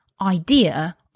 idea